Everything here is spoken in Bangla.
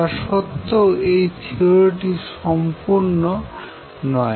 তা সত্ত্বেও এই থিওরি টি সম্পূর্ণ নয়